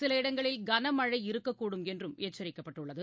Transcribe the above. சில இடங்களில் கனமழை இருக்கக்கூடும் என்றும் எச்சரிக்கப்பட்டுள்ளது